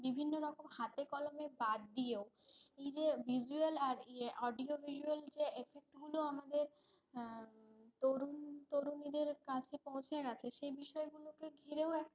বিভিন্ন রকম হাতেকলমে বাদ দিয়েও এই যে ভিসুয়াল আর ইয়ে অডিও ভিসুয়াল যে এফেক্টগুলো আমাদের তরুণ তরুণীদের কাছে পোঁছে গিয়েছে সে বিষয়গুলোকে ঘিরেও একটা